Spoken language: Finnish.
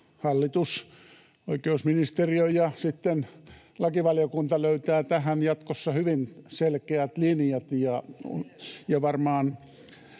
hallitus, oikeusministeriö ja sitten lakivaliokunta löytävät tähän jatkossa hyvin selkeät linjat,